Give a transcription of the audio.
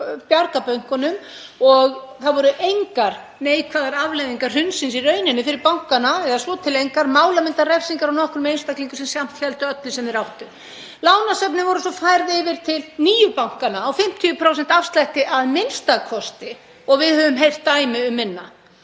bjarga bönkunum. Það voru engar neikvæðar afleiðingar hrunsins í rauninni fyrir bankana, eða svo til engar. Málamyndarefsingar gagnvart nokkrum einstaklingum sem samt héldu öllu sem þeir áttu. Lánasöfnin voru svo færð yfir til nýju bankanna á 50% afslætti a.m.k. og við höfum heyrt dæmi um minna.